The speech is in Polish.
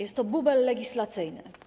Jest to bubel legislacyjny.